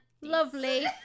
Lovely